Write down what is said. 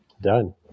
Done